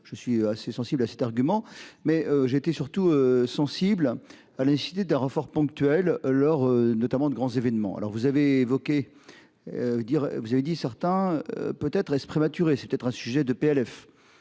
Je suis assez sensible à cet argument, mais j'étais surtout sensible à l'inciter des renfort ponctuel leur notamment de grands événements. Alors vous avez évoqué. Dire, vous avez dit certains. Peut être est-ce prématuré. C'était un sujet de PLF.